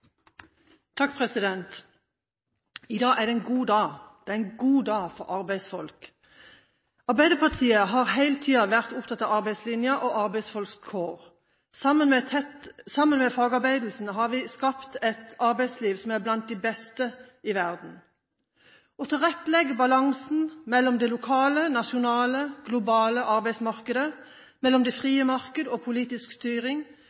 det en god dag. Det er en god dag for arbeidsfolk. Arbeiderpartiet har hele tida vært opptatt av arbeidslinja og arbeidsfolks kår. Sammen med fagbevegelsen har vi skapt et arbeidsliv som er blant de beste i verden. Å tilrettelegge balansen mellom det lokale, nasjonale og globale arbeidsmarkedet, mellom det frie marked og politisk styring,